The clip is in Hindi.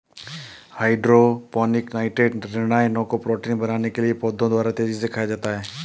हाइड्रोपोनिक नाइट्रेट ऋणायनों को प्रोटीन बनाने के लिए पौधों द्वारा तेजी से खाया जाता है